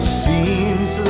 seems